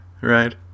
right